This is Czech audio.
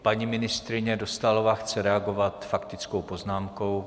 Paní ministryně Dostálová chce reagovat faktickou poznámkou.